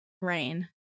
rain